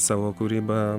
savo kūryba